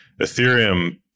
Ethereum